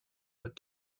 but